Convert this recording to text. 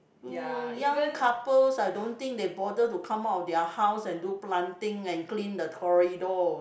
uh young couples I don't think they bother to come out of their house and do planting and clean the corridors